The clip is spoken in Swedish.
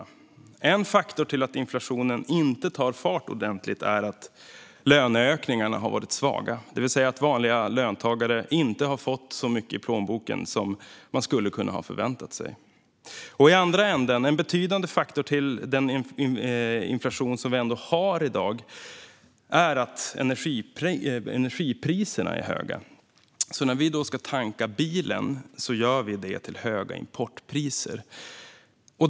En bidragande faktor till att inflationen inte tar fart ordentligt är att löneökningarna har varit svaga, det vill säga att vanliga löntagare inte har fått så mycket i plånboken som man hade kunnat förvänta sig. En faktor som ändå har bidragit betydligt till den inflation som vi har i dag är att energipriserna är höga. När vi ska tanka bilen gör vi alltså det till höga importpriser.